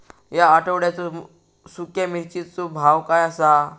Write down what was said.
या आठवड्याचो सुख्या मिर्चीचो भाव काय आसा?